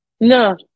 No